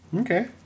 Okay